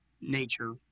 nature